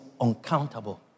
uncountable